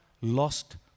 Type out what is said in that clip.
lost